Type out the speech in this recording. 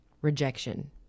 Rejection